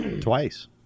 twice